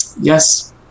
Yes